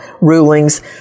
rulings